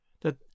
that